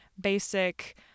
basic